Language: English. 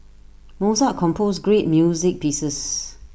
Mozart composed great music pieces